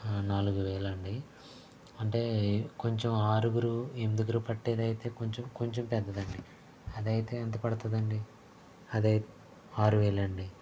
ఆ నాలుగు వేలా అండి అంటే కొంచం ఆరుగురు ఎనిమిదిగురు పట్టేదైతే కొంచం కొంచం పెద్దదండి అదైతే ఎంత పడతాడండి అదే ఆరు వేలా అండి